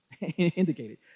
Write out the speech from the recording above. indicated